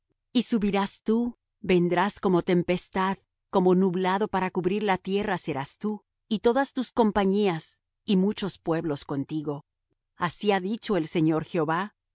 y subirás tú vendrás como tempestad como nublado para cubrir la tierra serás tú y todas tus compañías y muchos pueblos contigo así ha dicho el señor jehová